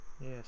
Yes